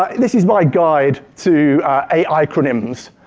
but and this is my guide to ai-cronyms.